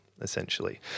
essentially